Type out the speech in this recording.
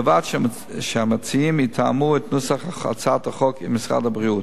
ובלבד שהמציעים יתאמו את נוסח הצעת החוק עם משרד הבריאות.